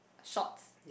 shorts